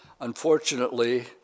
unfortunately